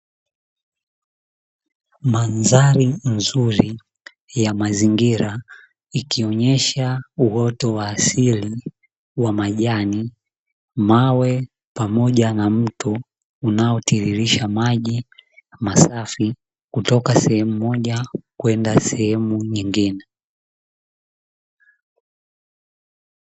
Mandhari nzuri ya mazingira ikionyesha uoto wa asili wa majani, mawe pamoja na mto unaotiririsha maji masafi kutoka sehemu moja kwenda sehemu nyingine.